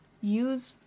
use